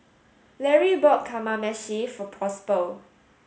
Lary bought Kamameshi for Possible